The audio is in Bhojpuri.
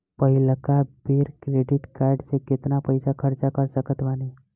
पहिलका बेर क्रेडिट कार्ड से केतना पईसा खर्चा कर सकत बानी?